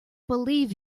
believe